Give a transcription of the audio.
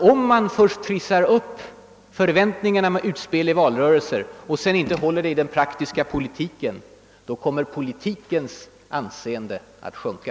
Om man först trissar upp förväntningar med utspel i valrörelser och sedan inte håller löftena i den praktiska politiken kommer politikens anseende att sjunka.